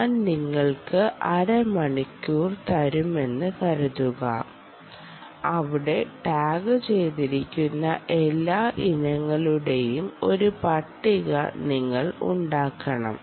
ഞാൻ നിങ്ങൾക്ക് അര മണിക്കൂർ തരുമെന്ന് കരുതുക അവിടെ ടാഗുചെയ്തിരിക്കുന്ന എല്ലാ ഇനങ്ങളുടെയും ഒരു പട്ടിക നിങ്ങൾ ഉണ്ടാക്കണം